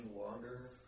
longer